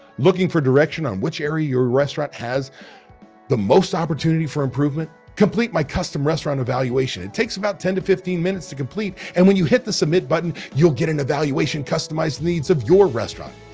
looking for direction on which area your restaurant has the most opportunity for improvement? complete my custom restaurant evaluation. it takes about ten to fifteen minutes to complete and when you hit the submit button, you'll get an evaluation customized needs of your restaurant.